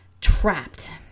trapped